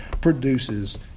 produces